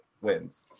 wins